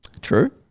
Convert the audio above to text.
True